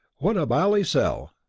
what a bally sell!